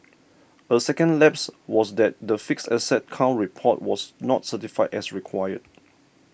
a second lapse was that the fixed asset count report was not certified as required